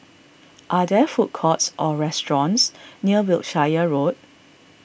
are there food courts or restaurants near Wiltshire Road